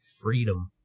freedom